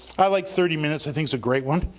i like thirty minutes, i think it's a great one.